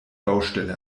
baustelle